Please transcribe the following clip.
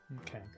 Okay